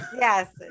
yes